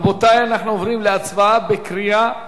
רבותי, אנחנו עוברים להצבעה בקריאה שנייה.